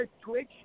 Twitch